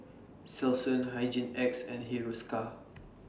Selsun Hygin X and Hiruscar